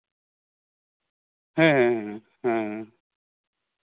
ᱦᱮᱸ ᱦᱮᱸ